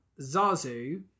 Zazu